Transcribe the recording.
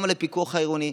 גם על הפיקוח העירוני.